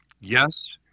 Yes